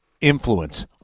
influence